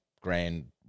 grand